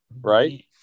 Right